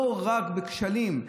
לא רק בכשלים,